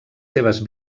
seves